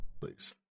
please